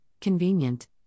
convenient